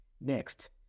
next